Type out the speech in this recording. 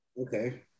Okay